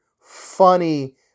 funny